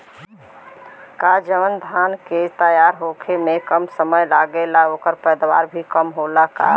का जवन धान के तैयार होखे में समय कम लागेला ओकर पैदवार भी कम होला?